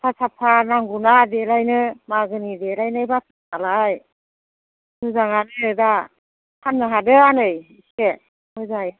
साफाथार नांगौना देलायनो मागोनि देलायनाय नालाय मोजाङानो दा फान्नो हादों आनै इसे मोजाङै